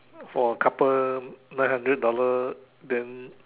for a couple nine hundred dollar then